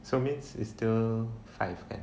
so means it's still five right